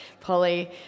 Polly